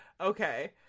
okay